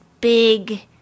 big